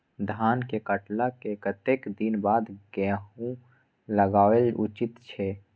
धान के काटला के कतेक दिन बाद गैहूं लागाओल उचित छे?